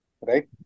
right